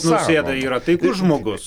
nausėda yra taikus žmogus